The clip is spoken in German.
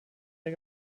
der